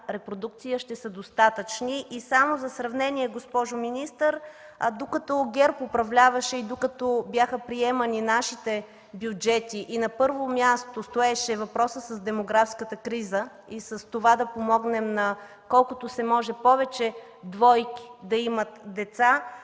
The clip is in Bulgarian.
ще са достатъчни. Само за сравнение, госпожо министър, докато ГЕРБ управляваше и докато бяха приемани нашите бюджети и на първо място стоеше въпросът с демографската криза и с това да помогнем на колкото се може повече двойки да имат деца,